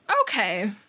Okay